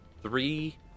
three